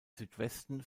südwesten